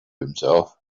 himself